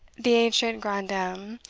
the ancient grandame,